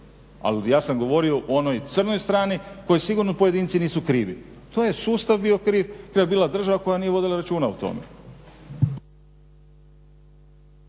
ali ja sam govorio o onoj crnoj strani kojoj sigurno pojedinci nisu krivi. To je sustav bio kriv, kriva je bila država koja nije vodila računa o tome.